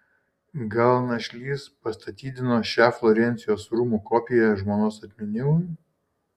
gal našlys pastatydino šią florencijos rūmų kopiją žmonos atminimui